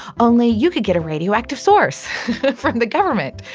only you could get a radioactive source from the government,